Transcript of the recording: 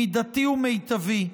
מידתי ומיטבי.